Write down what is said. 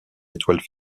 étoiles